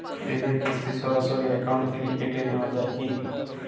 ঋণের কিস্তি সরাসরি অ্যাকাউন্ট থেকে কেটে নেওয়া হয় কি?